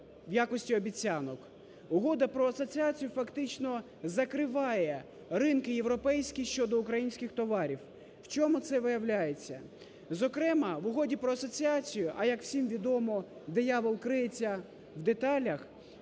в якості обіцянок. Угода про асоціацію фактично закриває ринки європейські щодо українських товарів. В чому це виявляється? Зокрема, в Угоді про асоціацію, а як всім відомо диявол криється в деталях,